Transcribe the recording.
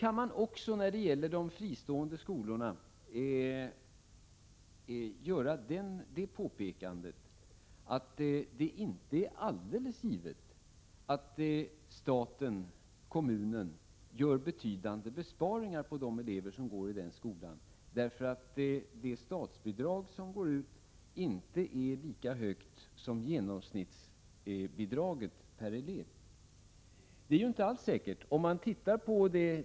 Jag kan också när det gäller de fristående skolorna göra det påpekandet att det inte är alldeles givet att staten eller kommunen gör betydande besparingar på de elever som går i dessa skolor därför att det statsbidrag som utgår inte är lika högt som genomsnittsbidraget per elev. Det är inte alls säkert att det blir sådana besparingar.